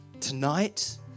Tonight